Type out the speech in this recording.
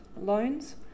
loans